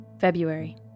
February